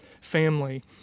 family